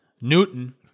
Newton